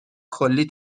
کلی